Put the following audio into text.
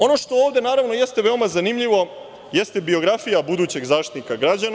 Ono što ovde, naravno, jeste veoma zanimljivo, jeste biografija budućeg Zaštitnika građana.